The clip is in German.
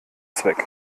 zweck